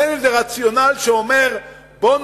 אין איזה רציונל שאומר, בואו